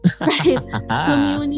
right